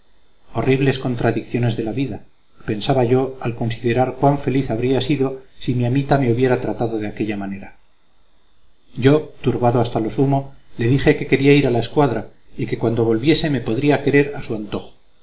horribles contradicciones de la vida pensaba yo al considerar cuán feliz habría sido si mi amita me hubiera tratado de aquella manera yo turbado hasta lo sumo le dije que quería ir a la escuadra y que cuando volviese me podría querer a su antojo